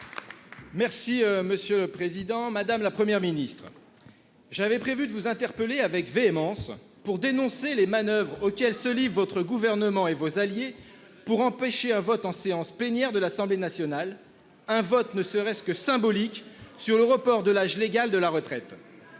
Merci monsieur le président, madame, la Première ministre. J'avais prévu de vous interpeller avec véhémence pour dénoncer les manoeuvres auxquelles se livrent votre gouvernement et vos alliés pour empêcher un vote en séance plénière de l'Assemblée nationale, un vote ne serait-ce que symbolique sur le report de l'âge légal de la retraite.